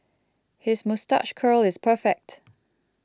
his moustache curl is perfect